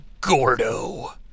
Gordo